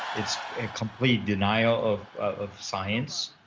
it's complete denial of of science,